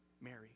Mary